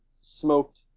smoked